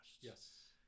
Yes